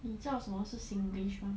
你知道什么是 singlish 吗